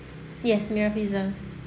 yes mira filzah